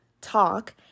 talk